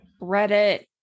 Reddit